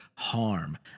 harm